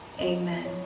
amen